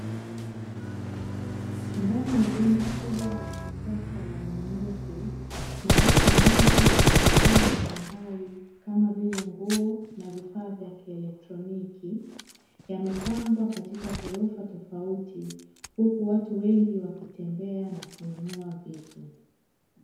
Ndani ya jengo kubwa la kisasa la ununuzi, maduka mengi yenye bidhaa mbalimbali kama vile nguo, na vifaa vya kielektroniki, yamepangwa katika ghorofa tofauti, huku watu wengi wakitembea na kununua vitu.